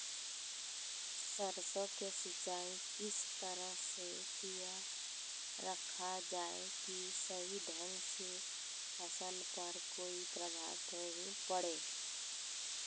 सरसों के सिंचाई किस तरह से किया रखा जाए कि सही ढंग से फसल पर कोई प्रभाव नहीं पड़े?